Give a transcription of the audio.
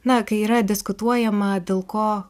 na kai yra diskutuojama dėl ko